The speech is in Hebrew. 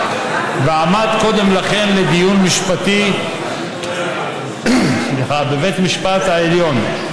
ועמד קודם לכן לדיון משפטי בבית המשפט העליון,